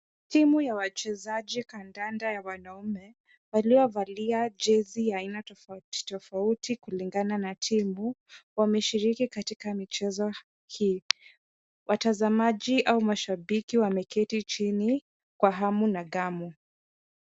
Timu ya wachezaji kandanda ya wanaume, waliovalia jezi ya aina tofauti tofauti kulingana na timu wameshiriki katika michezo hii. Watazamaji au mashabiki wameketi chini kwa hamu na ghamu.